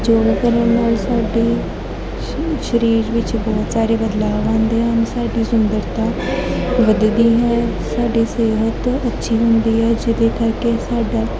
ਯੋਗਾ ਕਰਨਾ ਨਾਲ ਸਾਡੇ ਸ਼ ਸਰੀਰ ਵਿੱਚ ਬਹੁਤ ਸਾਰੇ ਬਦਲਾਵ ਆਉਂਦੇ ਹਨ ਸਾਡੀ ਸੁੰਦਰਤਾ ਵੱਧਦੀ ਹੈ ਸਾਡੀ ਸਿਹਤ ਅੱਛੀ ਹੁੰਦੀ ਹੈ ਜਿਹਦੇ ਕਰਕੇ ਸਾਡਾ